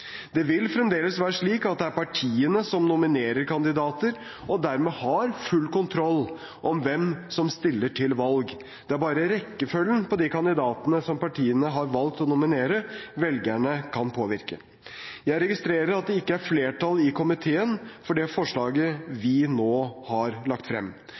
Det vil fremdeles være slik at det er partiene som nominerer kandidater og dermed har full kontroll over hvem som stiller til valg. Det er bare rekkefølgen på de kandidatene som partiene har valgt å nominere, velgerne kan påvirke. Jeg registrerer at det ikke er flertall i komiteen for det forslaget vi nå har lagt frem.